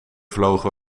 vlogen